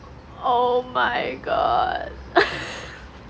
oh my god